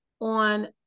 on